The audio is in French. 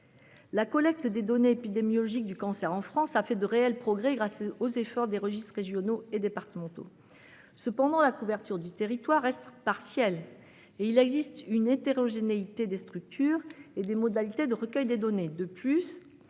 La collecte des données épidémiologiques du cancer en France a fait de réels progrès grâce aux efforts des registres régionaux et départementaux. Cependant, la couverture du territoire reste partielle, et il existe une hétérogénéité des structures et des modalités de recueil des données.